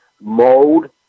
mode